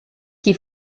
qui